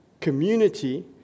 Community